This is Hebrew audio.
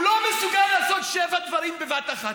הוא לא מסוגל לעשות שבעה דברים בבת אחת.